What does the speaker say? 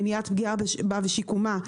מניעת פגיעה בה ושיקומה,